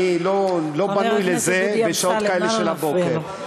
אני לא בנוי לזה בשעות כאלה של הבוקר.